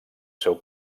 seu